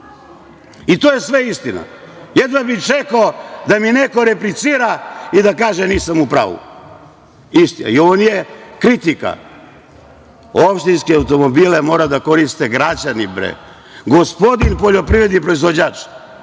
Sve je to istina. Jedva bih čekao da mi neko replicira i da kaže da nisam u pravu. Ovo nije kritika. Opštinske automobile mora da koriste građani. Gospodin poljoprivredni proizvođač